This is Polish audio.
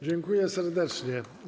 Dziękuję serdecznie.